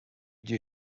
would